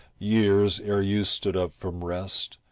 years, ere you stood up from rest,